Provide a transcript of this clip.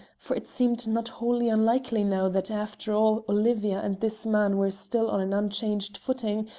for it seemed not wholly unlikely now that after all olivia and this man were still on an unchanged footing,